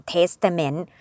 Testament